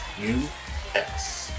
u-s